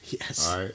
Yes